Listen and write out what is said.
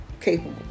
capable